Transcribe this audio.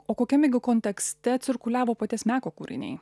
o kokiame gi kontekste cirkuliavo paties meko kūriniai